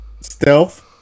Stealth